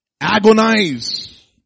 Agonize